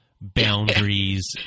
boundaries